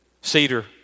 cedar